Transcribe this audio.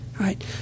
right